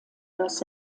los